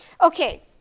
Okay